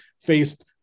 faced